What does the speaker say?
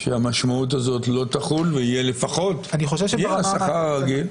שהמשמעות הזאת לא תחול ויהיה לפחות השכר הרגיל?